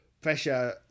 Pressure